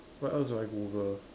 what else do I Google